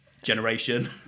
Generation